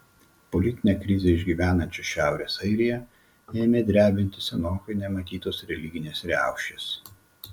politinę krizę išgyvenančią šiaurės airiją ėmė drebinti senokai nematytos religinės riaušės